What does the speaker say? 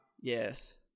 yes